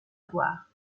voir